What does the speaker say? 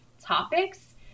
topics